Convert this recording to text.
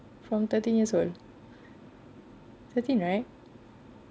from thirteen years old thirteen right